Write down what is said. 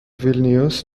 ویلنیوس